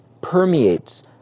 permeates